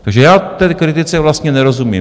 Takže já té kritice vlastně nerozumím.